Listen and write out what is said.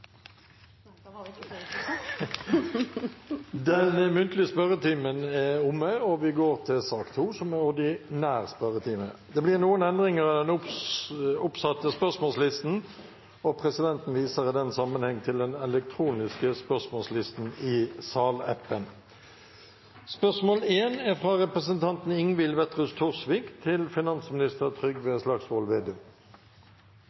Den muntlige spørretimen er da omme. Det blir noen endringer i den oppsatte spørsmålslisten, og presidenten viser i den sammenheng til den elektroniske spørsmålslisten i salappen. Endringene var som følger: Spørsmål 4, fra representanten Sveinung Rotevatn til forsknings- og høyere utdanningsministeren, vil bli tatt opp av representanten Ane Breivik. Spørsmål 9, fra representanten Christian Tybring-Gjedde til